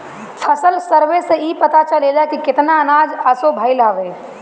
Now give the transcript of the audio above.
फसल सर्वे से इ पता चलेला की केतना अनाज असो भईल हवे